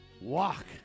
walk